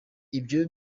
ibi